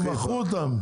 בגלל שמכרו אותם.